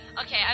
okay